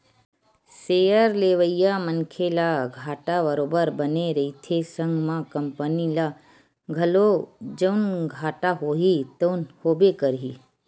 share लेवइया मनखे ल घाटा बरोबर बने रहिथे संग म कंपनी ल घलो जउन घाटा होही तउन होबे करही